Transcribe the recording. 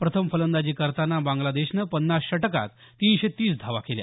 प्रथम फलंदाजी करताना बांगलादेशनं पन्नास षटकात तीनशे तीस धावा केल्या